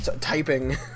typing